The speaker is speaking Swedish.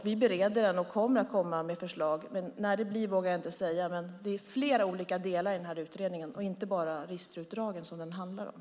Vi bereder den och kommer att komma med förslag, men när det blir vågar jag inte säga. Det finns flera olika delar i utredningen. Det handlar alltså inte enbart om registerutdragen.